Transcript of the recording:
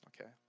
Okay